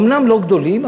אומנם לא גדולים,